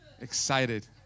excited